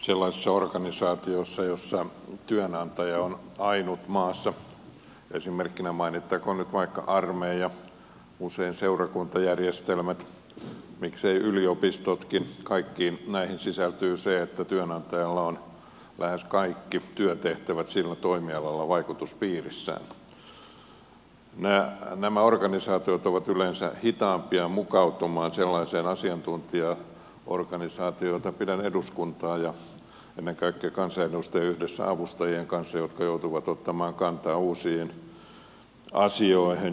sellaiset organisaatiot joissa työnantaja on ainut maassa esimerkkinä mainittakoon nyt vaikka armeija usein seurakuntajärjestelmät miksei yliopistotkin kaikkiin näihin sisältyy se että työnantajalla on lähes kaikki työtehtävät sillä toimialalla vaikutuspiirissään ovat yleensä hitaampia mukautumaan sellaiseen asiantuntijaorganisaatioon jollaisena pidän eduskuntaa ja ennen kaikkea kansanedustajia yhdessä avustajien kanssa he joutuvat ottamaan kantaa uusiin asioihin